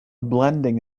blending